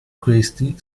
questi